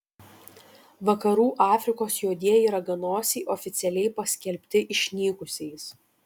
vakarų afrikos juodieji raganosiai oficialiai paskelbti išnykusiais